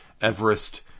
Everest